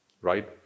right